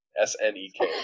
S-N-E-K